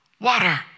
water